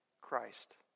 Christ